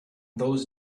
those